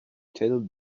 tell